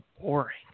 boring